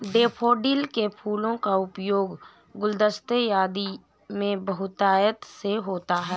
daffodil के फूलों का उपयोग गुलदस्ते आदि में बहुतायत से होता है